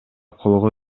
колго